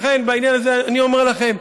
לכן בעניין הזה אני אומר לכם,